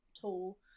tool